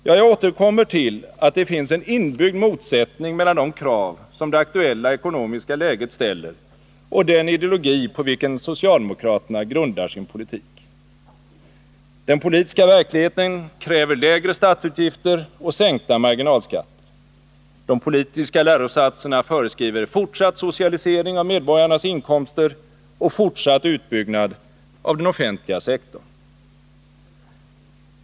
Ja, jag återkommer till att det finns en inbyggd motsättning mellan de krav som det aktuella ekonomiska läget ställer och den ideologi på vilken socialdemokraterna grundar sin politik. Den politiska verkligheten kräver lägre statsutgifter och sänkta marginalskatter, de politiska lärosatserna föreskriver fortsatt socialisering av medborgarnas inkomster och fortsatt utbyggnad av den offentliga sektorn.